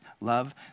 love